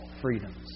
freedoms